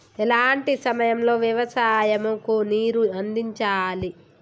ఎలాంటి సమయం లో వ్యవసాయము కు నీరు అందించాలి?